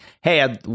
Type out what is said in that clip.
hey